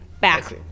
back